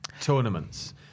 tournaments